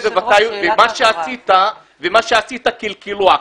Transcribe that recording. ומה שעשית קלקלו עכשיו.